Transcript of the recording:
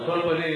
על כל פנים,